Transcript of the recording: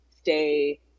stay